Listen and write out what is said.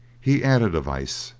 he added a vice,